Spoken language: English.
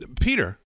Peter